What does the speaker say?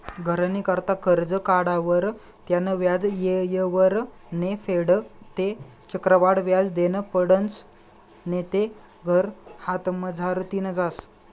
घरनी करता करजं काढावर त्यानं व्याज येयवर नै फेडं ते चक्रवाढ व्याज देनं पडसं नैते घर हातमझारतीन जास